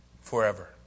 forever